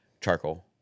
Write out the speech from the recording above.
charcoal